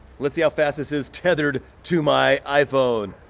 let's see how fast this is tethered to my iphone.